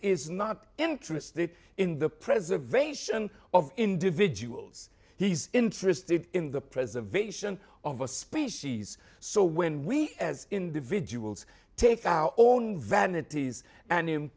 is not interested in the preservation of individuals he's interested in the preservation of a species so when we as individuals take our own vanities and im